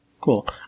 Cool